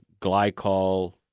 glycol